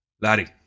Laddie